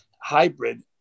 hybrid